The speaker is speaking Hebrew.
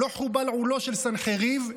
לא חובל עולו של סנחריב,